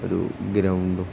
ഒരു ഗ്രൗണ്ടും